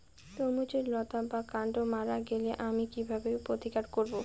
তরমুজের লতা বা কান্ড মারা গেলে আমি কীভাবে প্রতিকার করব?